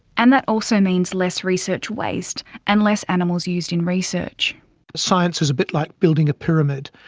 and that also means less research waste and less animals used in research science is a bit like building a pyramid,